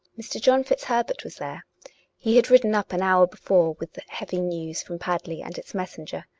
mr. john fitzherbert was there he had ridden up an hour before with heavy news from pad ley and its messenger.